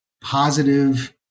positive